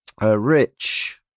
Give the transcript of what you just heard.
Rich